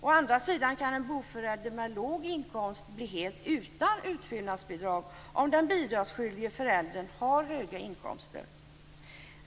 Å andra sidan kan en boförälder med låg inkomst bli helt utan utfyllandsbidrag om den bidragsskyldige föräldern har höga inkomster.